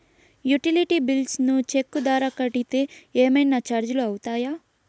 Utility bills ను cheque ద్వారా కట్టితే ఏమన్నా చార్జీలు అవుతాయా?